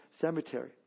cemetery